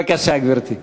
בבקשה, גברתי.